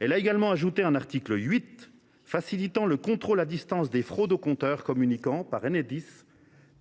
Elle a également ajouté un article 8 tendant à faciliter le contrôle à distance des fraudes aux compteurs communicants par Enedis